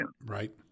Right